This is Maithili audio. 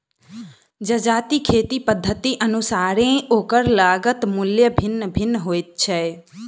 जजातिक खेती पद्धतिक अनुसारेँ ओकर लागत मूल्य भिन्न भिन्न होइत छै